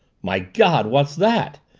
my god! what's that?